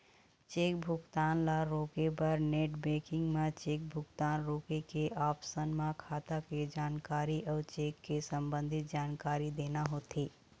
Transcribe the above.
cheque भुगतान ल रोके बर नेट बेंकिंग म चेक भुगतान रोके के ऑप्सन म खाता के जानकारी अउ चेक ले संबंधित जानकारी देना होथे